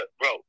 bro